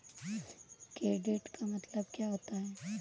Credit का मतलब क्या होता है?